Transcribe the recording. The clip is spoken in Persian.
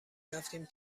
رفتیم